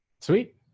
Sweet